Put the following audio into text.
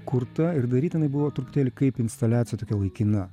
kurta ir daryta jinai buvo truputėlį kaip instaliacija tokia laikina